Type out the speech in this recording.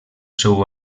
seu